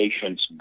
patient's